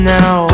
now